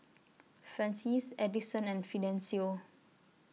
Francies Edison and Fidencio